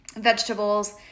vegetables